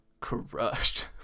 crushed